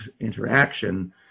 interaction